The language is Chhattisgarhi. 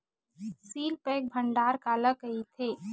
सील पैक भंडारण काला कइथे?